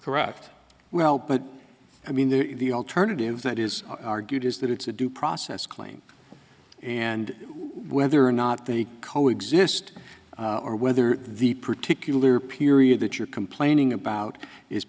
correct well but i mean the alternative that is argued is that it's a due process claim and whether or not they co exist or whether the particular period that you're complaining about is